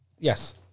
Yes